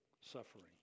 suffering